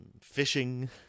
fishing